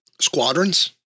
Squadrons